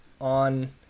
on